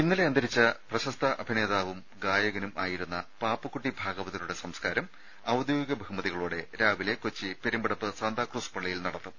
ഇന്നലെ അന്തരിച്ച പ്രശസ്ത അഭിനേതാവും ഗായകനും ആയിരുന്ന പാപ്പുക്കുട്ടി ഭാഗവതരുടെ സംസ്കാരം ഔദ്യോഗിക ബഹുമതികളോടെ രാവിലെ കൊച്ചി പെരുമ്പടപ്പ് സാന്താക്രൂസ് പള്ളിയിൽ നടത്തും